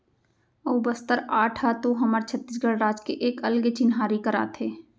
अऊ बस्तर आर्ट ह तो हमर छत्तीसगढ़ राज के एक अलगे चिन्हारी कराथे